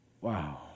Wow